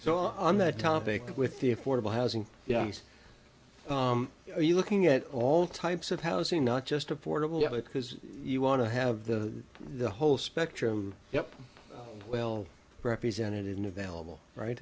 so on that topic with the affordable housing yes you're looking at all types of housing not just affordable because you want to have the whole spectrum yep well represented in available right